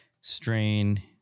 strain